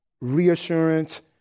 reassurance